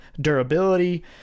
durability